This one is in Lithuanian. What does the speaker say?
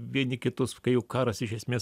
vieni kitus kai jau karas iš esmės